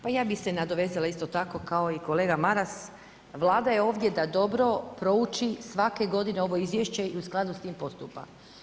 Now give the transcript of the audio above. Pa ja bih se nadovezala isto tako kao i kolega Maras, Vlada je ovdje da dobro prouči svake godine ovo izvješće i u skladu s tim postupa.